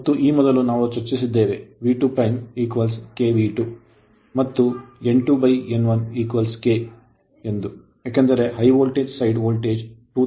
ಮತ್ತು ಈ ಮೊದಲು ನಾವು ಚರ್ಚಿಸಿದ್ದೇವೆ V2 kV2 ಮತ್ತು N 2N1 k ನೀಡುತ್ತದೆ ಎಂದು ಏಕೆಂದರೆ high voltage side voltage 2000 volt ಆಗಿದೆ